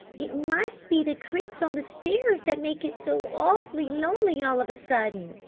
it must be the creaks on the stairs that make it so awfully lonely all of a sudden,